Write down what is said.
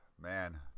man